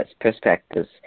perspectives